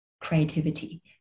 creativity